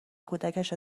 کودکش